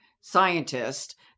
scientist